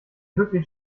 wirklich